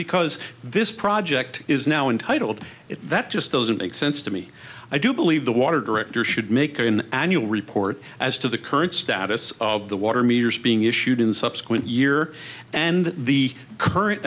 because this project is now entitled to it that just doesn't make sense to me i do believe the water director should make an annual report as to the current status of the water meters being issued in the subsequent year and the current